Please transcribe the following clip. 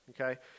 okay